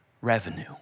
revenue